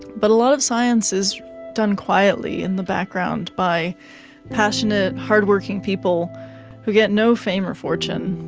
but a lot of science is done quietly in the background by passionate, hard-working people who get no fame or fortune.